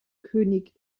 könig